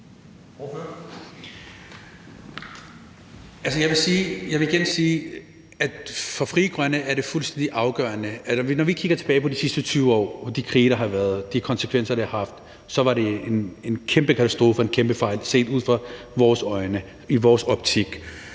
Jeg vil igen sige, at når vi kigger tilbage på de sidste 20 år og de krige, der har været, og de konsekvenser, det har haft, så var det en kæmpe katastrofe og en kæmpe fejl i vores optik.